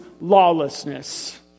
lawlessness